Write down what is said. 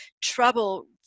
trouble